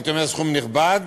הייתי אומר סכום נכבד,